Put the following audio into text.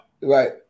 Right